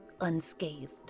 unscathed